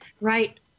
Right